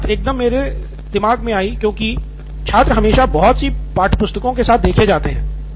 यह बात एकदम से मेरे दिमाग मे आई क्योंकि छात्र हमेशा बहुत सी पाठ्यपुस्तकों के साथ देखे जाते हैं